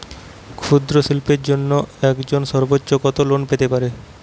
ক্ষুদ্রশিল্পের জন্য একজন সর্বোচ্চ কত লোন পেতে পারে?